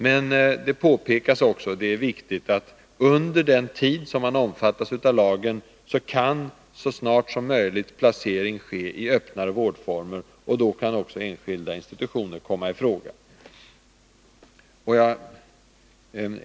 Men det påpekas också, och det är viktigt, att under den tid som en person omfattas av lagen kan så snart som möjligt överföring ske till öppnare vårdformer, och då kan också enskilda institutioner komma i fråga.